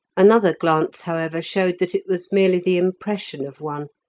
another glance, however, showed that it was merely the impression of one,